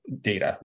data